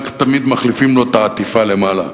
רק תמיד מחליפים לו את העטיפה למעלה.